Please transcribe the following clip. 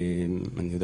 אני יודע